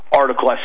article